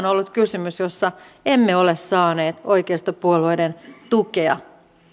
ollut kysymys jossa emme ole saaneet oikeistopuolueiden tukea